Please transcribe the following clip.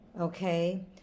Okay